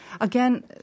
again